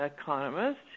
economist